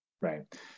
right